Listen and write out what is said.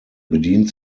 bedient